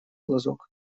глазок